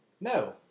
No